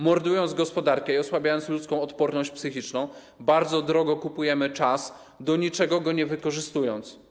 Mordując gospodarkę i osłabiając ludzką odporność psychiczną, bardzo drogo kupujemy czas, do niczego go nie wykorzystując.